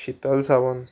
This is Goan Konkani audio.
शितल सावंत